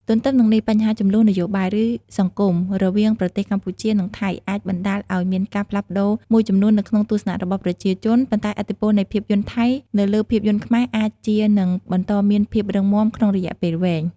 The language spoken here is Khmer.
ទន្ទឹមនឹងនេះបញ្ហាជម្លោះនយោបាយ ឬសង្គមរវាងប្រទេសកម្ពុជា និងថៃអាចបណ្តាលឲ្យមានការផ្លាស់ប្តូរមួយចំនួននៅក្នុងទស្សនៈរបស់ប្រជាជន ប៉ុន្តែឥទ្ធិពលនៃភាពយន្តថៃទៅលើភាពយន្តខ្មែរអាចជានឹង បន្តមានភាពរឹងមាំ ក្នុងរយៈពេលវែង។